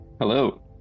Hello